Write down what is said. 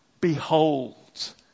behold